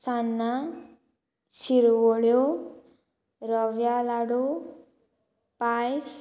सान्नां शिरवळ्यो रव्या लाडू पायस